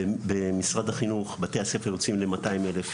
במשרד החינוך בתי הספר יוצאים ל-200,000